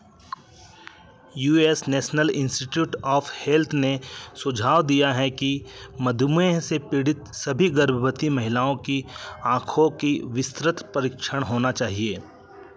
U S national institute of health ने सुझाव दिया है कि मधुमेह से पीड़ित सभी गर्भवती महिलाओं की आँखों का विस्तृत परीक्षण होना चाहिए